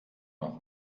nach